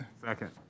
Second